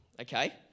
okay